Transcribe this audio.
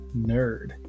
nerd